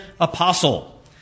apostle